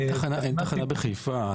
תחנה בחיפה,